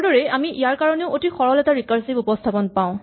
আগৰদৰেই আমি ইয়াৰ কাৰণেও অতি সৰল এটা ৰিকাৰছিভ উপস্হাপন পাওঁ